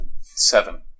seven